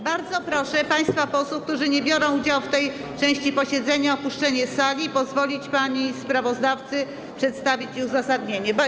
Bardzo proszę państwa posłów, którzy nie biorą udziału w tej części posiedzenia, o opuszczenie sali i pozwolenie pani sprawozdawcy na przedstawienie uzasadnienia.